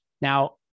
Now